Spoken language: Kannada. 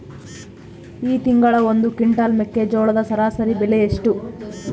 ಈ ತಿಂಗಳ ಒಂದು ಕ್ವಿಂಟಾಲ್ ಮೆಕ್ಕೆಜೋಳದ ಸರಾಸರಿ ಬೆಲೆ ಎಷ್ಟು?